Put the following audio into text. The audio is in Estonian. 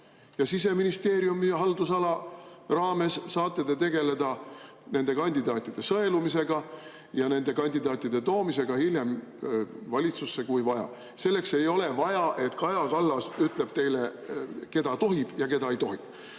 ja Siseministeeriumi haldusala raames saate te tegeleda nende kandidaatide sõelumisega ja nende kandidaatide toomisega hiljem valitsusse, kui vaja. Selleks ei ole vaja, et Kaja Kallas ütleb teile, keda tohib ja keda ei tohi